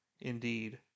indeed